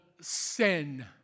sin